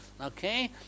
Okay